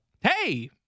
hey